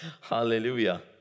Hallelujah